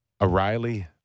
O'Reilly